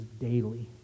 daily